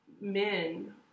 men